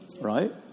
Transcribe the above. right